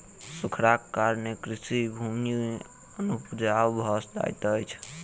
सूखाड़क कारणेँ कृषि भूमि अनुपजाऊ भ जाइत अछि